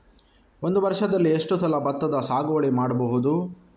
ಒಂದು ವರ್ಷದಲ್ಲಿ ಎಷ್ಟು ಸಲ ಭತ್ತದ ಸಾಗುವಳಿ ಮಾಡಬಹುದು?